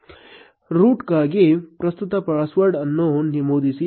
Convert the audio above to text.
ರೂಟ್ಗಾಗಿ ಪ್ರಸ್ತುತ ಪಾಸ್ವರ್ಡ್ ಅನ್ನು ನಮೂದಿಸಿ